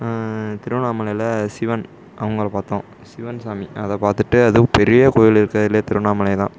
திருவண்ணாமலையில் சிவன் அவங்கள பார்த்தோம் சிவன் சாமி அதை பார்த்துட்டு அதுவும் பெரிய கோயில் இருக்கிறதுலையே திருவண்ணாமலை தான்